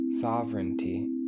sovereignty